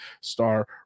star